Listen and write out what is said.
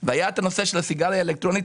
והיה את הנושא של הסיגריה האלקטרונית,